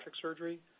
surgery